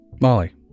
Molly